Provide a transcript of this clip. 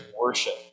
worship